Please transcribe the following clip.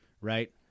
right